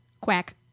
Quack